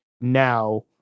now